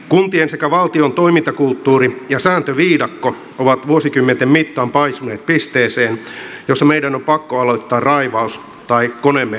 kuntien sekä valtion toimintakulttuuri ja sääntöviidakko ovat vuosikymmenten mittaan paisuneet pisteeseen jossa meidän on pakko aloittaa raivaus tai koneemme tosiaankin hyytyy